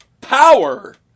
power